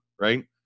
right